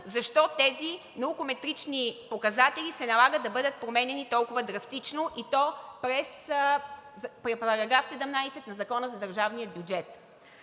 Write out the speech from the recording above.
защо тези наукометрични показатели се налага да бъдат променяни толкова драстично, и то при § 17 на Закона за държавния бюджет.